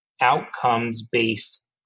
outcomes-based